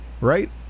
right